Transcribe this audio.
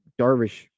Darvish